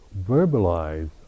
verbalize